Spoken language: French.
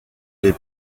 les